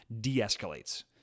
de-escalates